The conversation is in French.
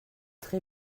très